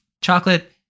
chocolate